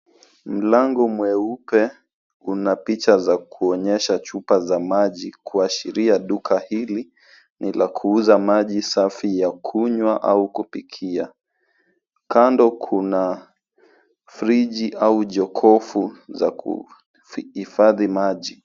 Mlango mweupe una picha za kuonyesha chupa za maji kuashiria duka hili ni la kuuza maji safi ya kunywa au kupikia. Kando kuna frigi au jokovu za kuhifadhi maji.